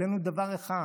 עלינו דבר אחד,